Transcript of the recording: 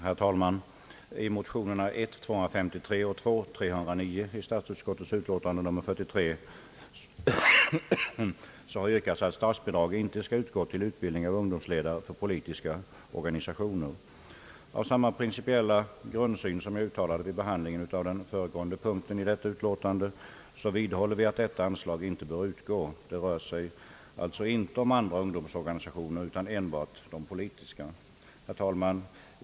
Herr talman! I motionerna I: 253 och II: 309, som behandlats i statsutskottets utlåtande nr 43, har yrkats att statsbidrag inte skall utgå till utbildning av Med samma principiella grundsyn som jag uttalat vid behandlingen av föregående punkt i detta utlåtande vidhåller vi att anslaget inte bör beviljas. Det rör sig alltså inte om andra ungdomsorganisationer, utan enbart om de politiska. Herr talman!